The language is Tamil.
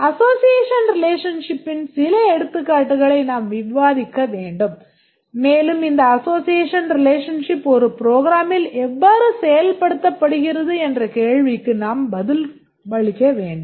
Association ரிலேஷன்ஷிப்பின் சில எடுத்துக்காட்டுகளை நாம் விவாதிக்க வேண்டும் மேலும் இந்த association relationship ஒரு programல் எவ்வாறு செயல்படுத்தப்படுகிறது என்ற கேள்விக்கு நாம் பதிலளிக்க வேண்டும்